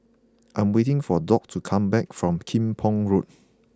I'm waiting for Dock to come back from Kim Pong Road